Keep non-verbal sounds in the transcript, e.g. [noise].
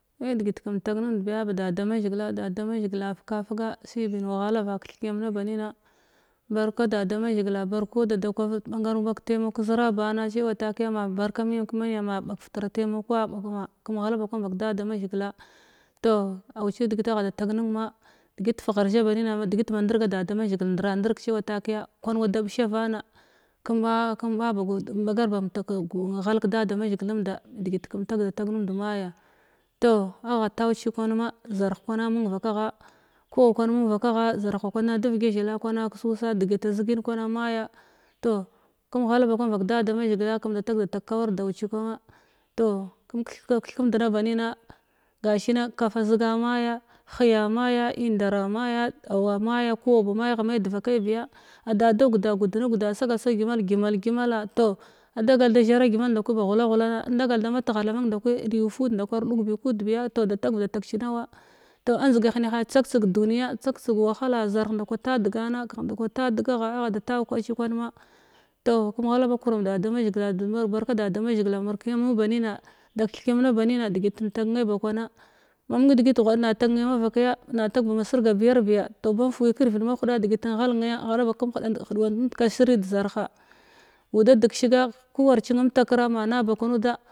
Me digit kəm tagmnumda biya ba da da mazhighila da da mazhighila a fuka fuga sai bin wa ghalava kithkiyam na banina barka da damazhigila barka dada kuma ɓagaru ɓag kataimaku kəzirabana cewa takiya maba barka miyam kemena ma magfutir taimakuwa [unintelligible] kəmghala bakwan vak da damazhigila to auci digila agha da tagna ma digt fugharba zhanina digitba ndirga da damazhigil ndira ndirga da damazhigil ndira ndirg cewa takiya kwan wada ɓishwavana [unintelligible] ghalg kəda damazhigil numda digil kəm tagdata numd maya to agh tauci kwan ma zarh kwana mung vakagha ku aukwan mung vakagha zarha kwana davgya zhila kwana kəusa digita zigin kwan maya to kum ghala bakwan vak da dama zhigila kəm da tagda kwar dau cikwana to kəm kuky-ka kithimdana banina gashinan kafa ziga maya hiya maya indara maya auwa maya ku auba dagda gudni guda a sagal sa gyimal gyimal gyimlaa to adagal da zhara gyimal mdkwi ba ghulaghulana indagal da matghla nim da kwi li ufud ndakwi ardugi kud biya to da taghvda tagcinawa to anjdiga henaha tsak tsig duniya tsak tsig wahala zarh nda kwa ta digana kafh nda kwata degagha agha da tauci kwan ma to kum ghala ba kuram da damazhigil ma barka da damazhigila mulkiya mu ba nina da kithkiyamna ba numa digit in tag ne ba kwana mamung nitigit guad na tag ne mavakanya na tag ba ma sirgabiyar biya to bam fuwi kirvid mahuda digit inghalgh naya ghala ba kum hidwant nud. Kasiri dezarha uda deshiga kuwar cina amtakira mana bakan nuda.